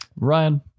Ryan